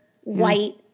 white